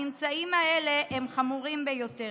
הממצאים האלה הם חמורים ביותר.